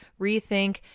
rethink